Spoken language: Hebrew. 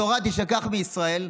התורה תישכח מישראל.